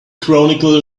chronicle